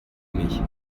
mich